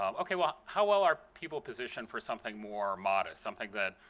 ah okay, well how well are people positioned for something more modest, something that,